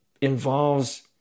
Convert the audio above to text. involves